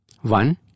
One